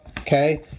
Okay